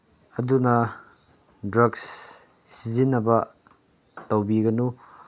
ꯑꯗꯨꯅ ꯗ꯭ꯔꯒꯁ ꯁꯤꯖꯤꯟꯅꯕ ꯇꯧꯕꯤꯒꯅꯨ